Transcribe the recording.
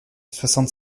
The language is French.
soixante